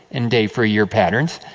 in day for year patterns.